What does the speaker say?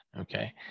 Okay